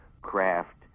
craft